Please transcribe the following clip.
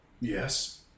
Yes